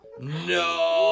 No